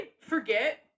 forget